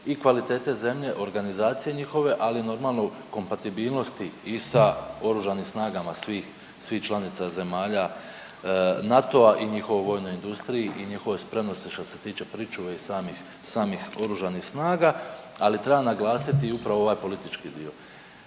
i kvalitete zemlje, organizacije njihove, ali normalno kompatibilnosti i sa oružanih snaga svih članica zemalja NATO-a i njihovoj vojnoj industriji i njihovoj spremnosti što se tiče pričuve i samih oružanih snaga. Ali treba naglasiti i upravo ovaj politički dio.